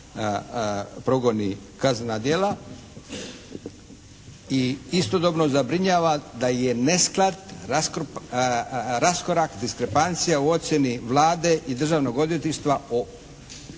progoni kaznena djela i istodobno zabrinjava da je nesklad raskorak diskrepancija u ocjeni Vlade i Državnog odvjetništva o